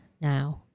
now